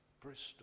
Bristol